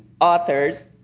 authors